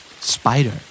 Spider